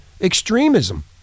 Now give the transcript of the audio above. extremism